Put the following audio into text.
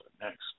next